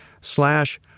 slash